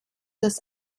dass